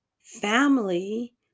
family